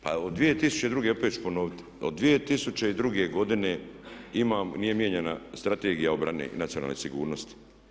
Pa od 2002., opet ću ponoviti, od 2002. godine nije mijenjana Strategija obrane i nacionalne sigurnosti.